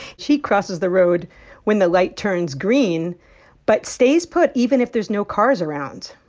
she crosses the road when the light turns green but stays put, even if there's no cars around